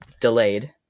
delayed